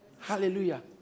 Hallelujah